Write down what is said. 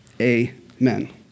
amen